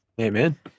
Amen